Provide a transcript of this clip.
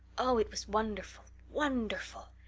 oh, it was wonderful wonderful.